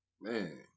man